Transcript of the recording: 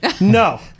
no